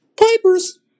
Pipers